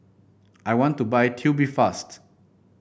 I want to buy Tubifast